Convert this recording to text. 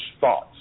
thoughts